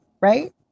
right